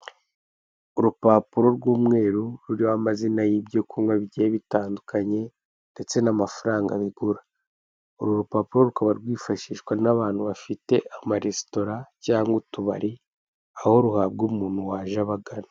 Urupapuro rw'umweru ruriho amazina y'ibyo kunywa bigiye bitandukanye ndetse ndetse n'amafaranga bigura. Uru rupapuro rukaba rwifashishwa n'abantu bafite amaresitora, cyangwa utubari, aho ruhabwa umuntu waje abagana.